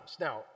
Now